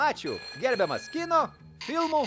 ačiū gerbiamas kino filmų